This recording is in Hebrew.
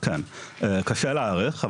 קשה להעריך,